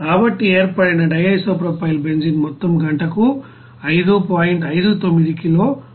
కాబట్టి ఏర్పడిన DIPB మొత్తం గంటకు 5